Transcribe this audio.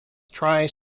tries